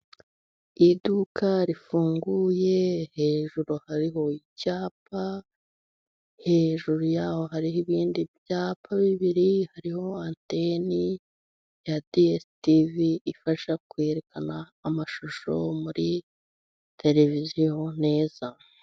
Iduka rifunguye, hejuru hariho icyapa, hejuru yaho hari ibindi byapa bibiri, hariho anteni ya diyesitivi ifasha kwerekana amashusho muri tereviziyo neza.